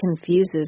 confuses